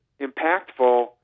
impactful